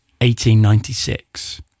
1896